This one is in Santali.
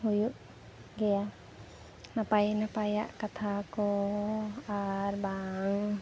ᱦᱩᱭᱩᱜ ᱜᱮᱭᱟ ᱱᱟᱯᱟᱭ ᱱᱟᱯᱟᱭᱟᱜ ᱠᱟᱛᱷᱟ ᱠᱚ ᱟᱨᱵᱟᱝ